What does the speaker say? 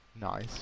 Nice